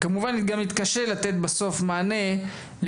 וכמובן שגם למשרד החינוך יהיה קשה לתת מענה להיקף